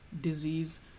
disease